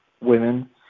women